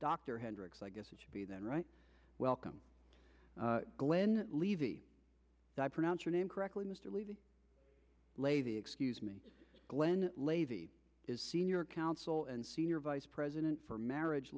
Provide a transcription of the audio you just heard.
dr hendricks i guess it should be that right welcome glen levy i pronounce your name correctly mr levy lavey excuse me glen lavy is senior counsel and senior vice president for marriage